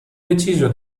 deciso